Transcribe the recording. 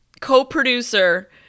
co-producer